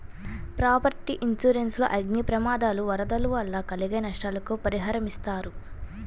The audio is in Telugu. ప్రాపర్టీ ఇన్సూరెన్స్ లో అగ్ని ప్రమాదాలు, వరదలు వల్ల కలిగే నష్టాలకు పరిహారమిస్తారు